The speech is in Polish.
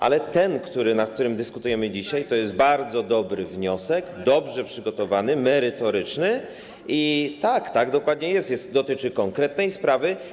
Ale ten, nad którym dyskutujemy dzisiaj, to jest bardzo dobry wniosek, dobrze przygotowany, merytoryczny - tak dokładnie jest - i dotyczy konkretnej sprawy.